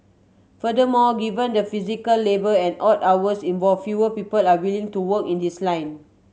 furthermore given the physical labour and odd hours involved fewer people are willing to work in this line